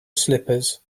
slippers